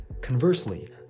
Conversely